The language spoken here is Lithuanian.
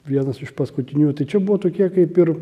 vienas iš paskutinių tai čia buvo tokie kaip ir